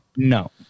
No